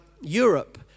Europe